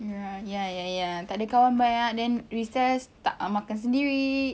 ya ya ya ya takde kawan banyak then recess tak makan sendiri